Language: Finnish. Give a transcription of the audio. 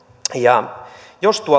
ja jos